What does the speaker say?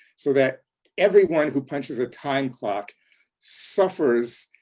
so that everyone who punches a time clock suffers,